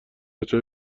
بچه